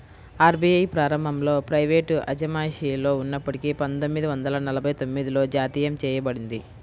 RBI ప్రారంభంలో private అజమాయిషిలో ఉన్నప్పటికీ పందొమ్మిది వందల నలభై తొమ్మిదిలో జాతీయం చేయబడింది